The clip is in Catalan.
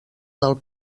del